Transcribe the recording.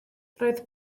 roedd